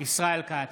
ישראל כץ,